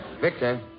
Victor